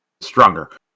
stronger